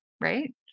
Right